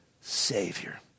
Savior